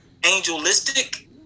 angelistic